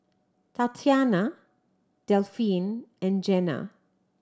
Tatyanna Delphine and Jena